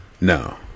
no